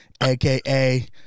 aka